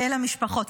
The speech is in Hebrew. אל המשפחות.